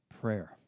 prayer